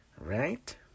right